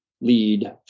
lead